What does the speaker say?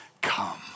come